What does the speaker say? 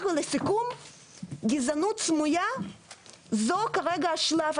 לסיכום, גזענות סמויה זה כרגע השלב.